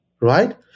right